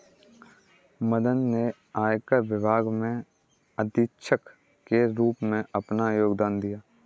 मदन ने आयकर विभाग में अधीक्षक के रूप में अपना योगदान दिया